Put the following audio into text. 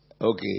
Okay